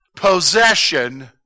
possession